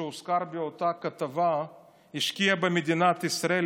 שהוזכר באותה כתבה השקיע במדינת ישראל,